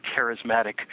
charismatic